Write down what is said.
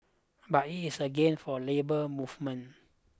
but it is a gain for labour movement